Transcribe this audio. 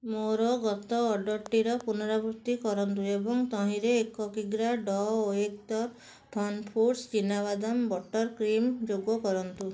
ମୋର ଗତ ଅର୍ଡ଼ର୍ଟିର ପୁନରାବୃତ୍ତି କରନ୍ତୁ ଏବଂ ତହିଁରେ ଏକ କିଗ୍ରା ଡ ଓଏତ୍କର ଫନ୍ଫୁଡ଼୍ସ୍ ଚିନା ବାଦାମ ବଟର୍ କ୍ରିମ୍ ଯୋଗ କରନ୍ତୁ